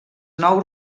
nou